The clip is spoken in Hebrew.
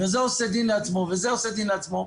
וזה עושה דין לעצמו וזה עושה דין לעצמו.